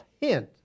hint